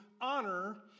honor